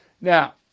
Now